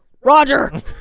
Roger